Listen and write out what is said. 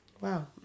Wow